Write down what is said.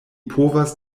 povas